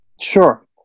Sure